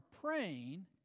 praying